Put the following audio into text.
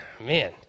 Man